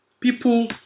people